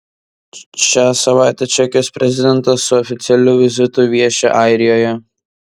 šią savaitę čekijos prezidentas su oficialiu vizitu vieši airijoje